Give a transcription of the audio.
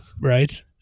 Right